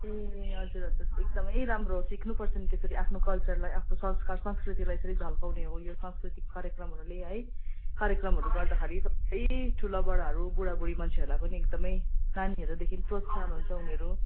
ए हजुर हजुर एकदमै राम्रो सिक्नुपर्छ नि त्यसरी आफ्नो कल्चरलाई आफ्नो संस्कार संस्कृतिलाई यसरी झल्काउने हो यो सांस्कृतिक कार्यक्रमले है कार्यक्रमहरू गर्दाखेरि सबै ठुलाबडाहरू बुढाबुढी मान्छेहरूलाई पनि एकदमै नानीहरूदेखिको जो सानो हुन्छ उनीहरू